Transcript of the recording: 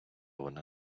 вона